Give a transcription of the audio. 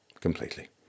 Completely